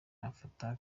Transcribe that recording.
afata